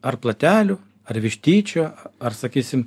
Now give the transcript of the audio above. ar platelių ar vištyčio ar sakysim